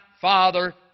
Father